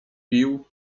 pił